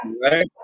right